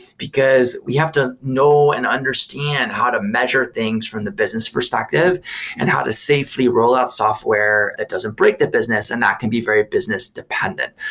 because we have to know and understand how to measure things from the business perspective and how to safely roll out software that doesn't break the business, and that can be very business dependent.